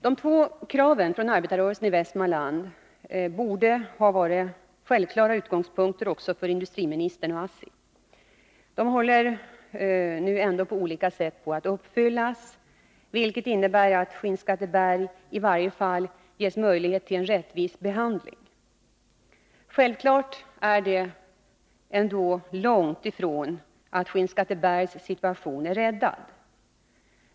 De två kraven från arbetarrörelsen i Västmanland borde också ha varit självklara utgångspunkter för industriministern och ASSI. De håller nu ändå på olika sätt på att uppfyllas, vilket i varje fall innebär att Skinnskatteberg ges möjligheter till en rättvis behandling. Självfallet är det ändå långt ifrån att Skinnskattebergs situation är räddad.